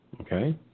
Okay